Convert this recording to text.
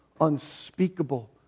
unspeakable